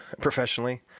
professionally